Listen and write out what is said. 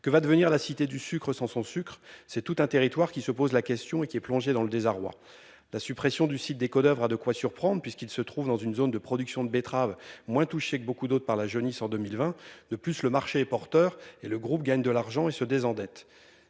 que va devenir la cité du sucre sans sans sucre c'est tout un territoire qui se pose la question et qui est plongé dans le désarroi. La suppression du site des cadavres, a de quoi surprendre puisqu'il se trouve dans une zone de production de betteraves moins touchée que beaucoup d'autre part la jaunisse en 2020. De plus, le marché est porteur et le groupe gagne de l'argent et se désendettent.